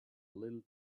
little